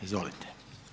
Izvolite.